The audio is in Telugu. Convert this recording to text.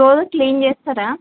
రోజు క్లీన్ చేస్తారా